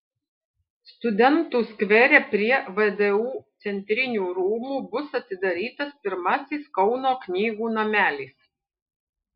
studentų skvere prie vdu centrinių rūmų bus atidarytas pirmasis kauno knygų namelis